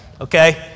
okay